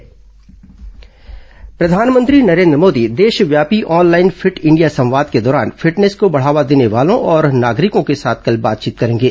PM fit India प्रधानमंत्री नरेंद्र मोदी देशव्यापी online fit India संवाद के दौरान फिटनेस को बढ़ावा देने वालों और नागरिकों के साथ कल बातचीत करेंगे